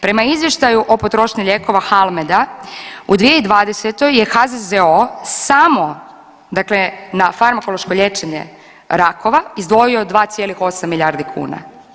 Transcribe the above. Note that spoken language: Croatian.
Prema izvještaju o potrošnji lijekova HALMED u 2020. je HZZO samo dakle na farmakološko liječenje rakova izdvojio 2,8 milijardi kuna.